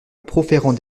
proférant